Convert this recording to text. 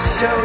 Show